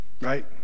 right